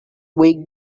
week